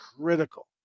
critical